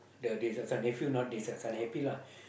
the this uh this one nephew not this some happy lah